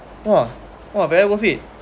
!wah! !wah! very worth it